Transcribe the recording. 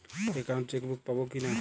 Account chequebook পাবো কি না?